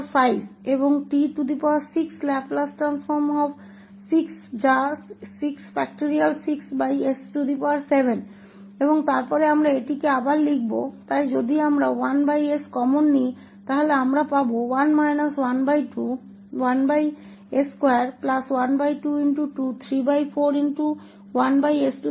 और फिर हम इसे फिर से लिखेंगे इसलिए यदि हम1sसामान्य लेते हैं तो हमें 1 121s212341s4 1234561s6 मिलेगा क्योंकि यह 2